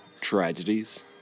tragedies